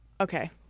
Okay